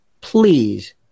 Please